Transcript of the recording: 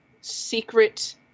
secret